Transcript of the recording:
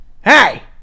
Hey